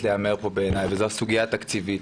להיאמר כאן בעיני וזו הסוגיה התקציבית.